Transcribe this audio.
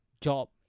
job